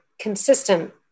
consistent